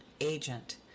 agent